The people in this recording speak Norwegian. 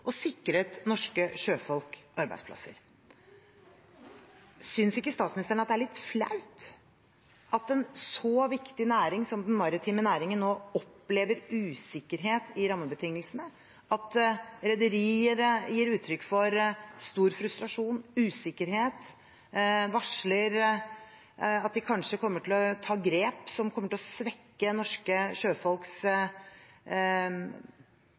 og sikret norske sjøfolk arbeidsplasser. Synes ikke statsministeren det er litt flaut at en så viktig næring som den maritime næringen nå opplever usikkerhet i rammebetingelsene, og at rederier gir uttrykk for stor frustrasjon og usikkerhet og varsler at de kanskje kommer til å ta grep som kommer til å svekke norske sjøfolks